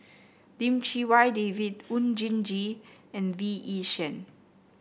Lim Chee Wai David Oon Jin Gee and Lee Yi Shyan